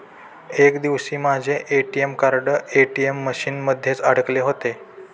एक दिवशी माझे ए.टी.एम कार्ड ए.टी.एम मशीन मध्येच अडकले होते